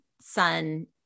son